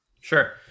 Sure